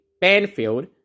Banfield